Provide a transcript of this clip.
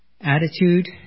attitude